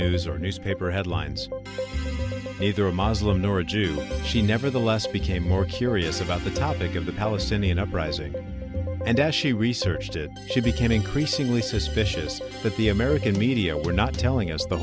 news or newspaper headlines either a muslim nor a jew she nevertheless became more curious about the topic of the palestinian uprising and as she researched it she became increasingly suspicious that the american media were not telling us the